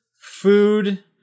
food